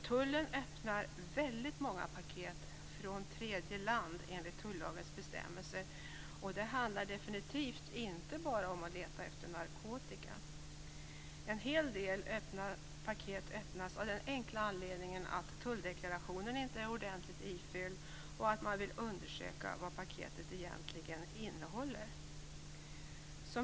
Tullen öppnar väldigt många paket från tredje land; detta enligt tullagens bestämmelser. Det handlar definitivt inte bara om att leta efter narkotika. En hel del paket öppnas av den enkla anledningen att tulldeklarationen inte är ordentligt ifylld och att man vill undersöka vad paketen egentligen innehåller.